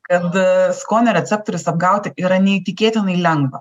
kad skonio receptorius apgauti yra neįtikėtinai lengva